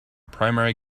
primary